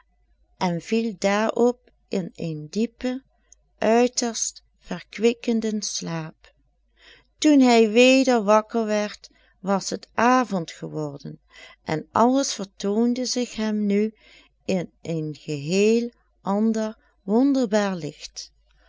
en viel daarop in een diepen uiterst verkwikkenden slaap toen hij weder wakker werd was het avond geworden en alles vertoonde zich hem nu in een geheel ander wonderbaar licht